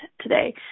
today